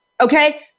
okay